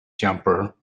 jumper